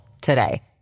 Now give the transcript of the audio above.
today